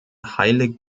heilig